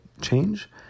change